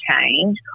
change